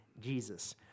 Jesus